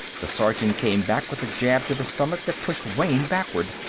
the sergeant came back with a jab to the stomach that pushed wayne backward.